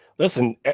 Listen